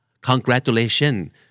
Congratulations